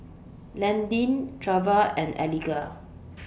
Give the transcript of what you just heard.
Landin Treva and Eliga